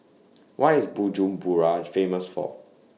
What IS Bujumbura Famous For